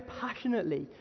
passionately